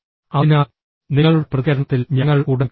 അതിനാൽ നിങ്ങളുടെ പ്രതികരണത്തിൽ ഞങ്ങൾ ഉടൻ കാണും